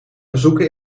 bezoeken